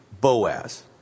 Boaz